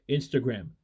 Instagram